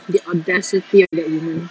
the audacity of that woman